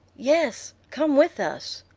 yes. come with us.